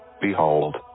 behold